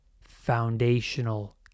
foundational